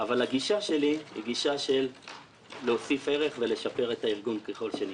אבל הגישה שלי היא גישה של להוסיף ערך ולשפר את הארגון ככל שניתן.